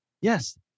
Yes